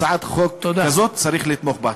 הצעת חוק כזאת, צריך לתמוך בה.